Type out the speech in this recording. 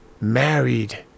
married